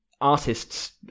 Artists